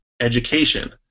education